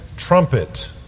Trumpet